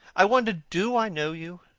i wonder do i know you?